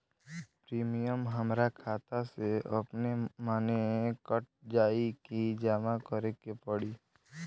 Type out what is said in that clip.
Premium हमरा खाता से अपने माने कट जाई की जमा करे के पड़ी?